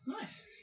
Nice